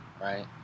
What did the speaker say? right